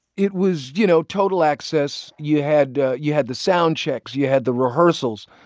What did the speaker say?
it was, you know, total access. you had you had the soundchecks. you had the rehearsals.